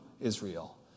Israel